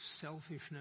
selfishness